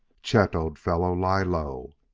chet, old fellow, lie low.